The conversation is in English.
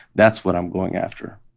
that's what i'm going after